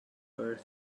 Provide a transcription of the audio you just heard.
earth